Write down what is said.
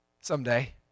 Someday